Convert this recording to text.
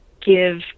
give